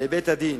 לבית-הדין